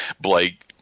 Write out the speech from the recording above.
Blake